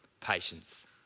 patience